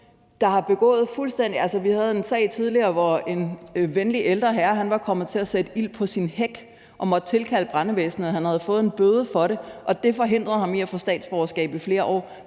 vi havde en sag tidligere, hvor en venlig ældre herre var kommet til at sætte ild på sin hæk og måtte tilkalde brandvæsenet, og han havde fået en bøde for det, og det forhindrede ham i flere år i at få statsborgerskab. Vi har hørt